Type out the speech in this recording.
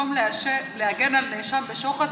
במקום להגן על נאשם בשוחד,